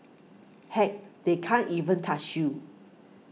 heck they can't even touch you